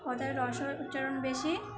ওদের হ্রস্বই উচ্চারণ বেশি